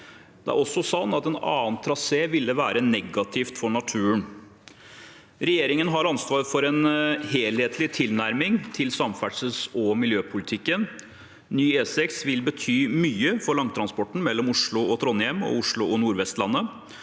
Det er også slik at en annen trasé ville være negativt for naturen. Regjeringen har ansvar for en helhetlig tilnærming til samferdsels- og miljøpolitikken. Ny E6 vil bety mye for langtransporten mellom Oslo og Trondheim og Oslo og Nord-Vestlandet,